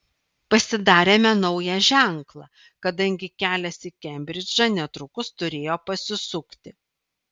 pasidarėme naują ženklą kadangi kelias į kembridžą netrukus turėjo pasisukti